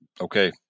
okay